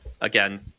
again